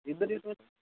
ఇద్దరు తీసుకోవచ్చు